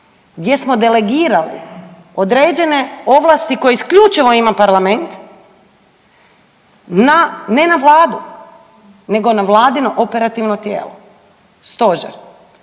gdje smo delegirali određene ovlasti koje isključivo ima parlament ne na Vladu nego na vladino operativno tijelo stožer